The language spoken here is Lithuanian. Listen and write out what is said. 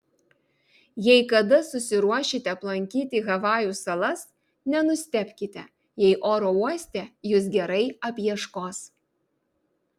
jei kada susiruošite aplankyti havajų salas nenustebkite jei oro uoste jus gerai apieškos